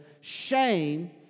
shame